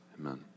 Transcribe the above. Amen